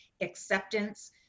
acceptance